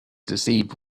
deceived